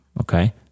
Okay